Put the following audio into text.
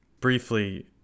briefly